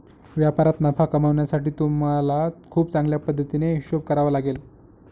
व्यापारात नफा कमावण्यासाठी तुम्हाला खूप चांगल्या पद्धतीने हिशोब करावा लागेल